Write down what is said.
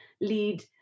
lead